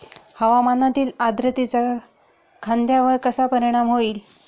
हवामानातील आर्द्रतेचा कांद्यावर कसा परिणाम होईल?